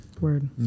Word